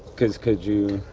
cause could you.